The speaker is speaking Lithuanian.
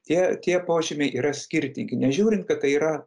tie tie požymiai yra skirtingi nežiūrint kad tai yra